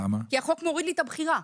החוק מוריד לי את הבחירה.